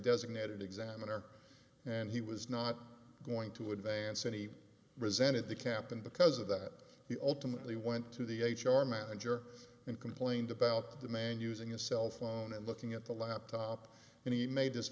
designated examiner and he was not going to advance any resentment the captain because of that he ultimately went to the h r manager and complained about the man using a cell phone and looking at the laptop and he made